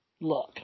Look